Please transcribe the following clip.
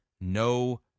no